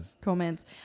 comments